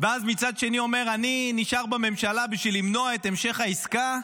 ואז מצד שני אומר: אני נשאר בממשלה בשביל למנוע את המשך העסקה,